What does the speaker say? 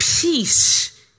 peace